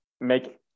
make